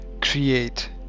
Create